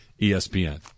ESPN